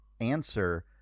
answer